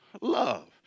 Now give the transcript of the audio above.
love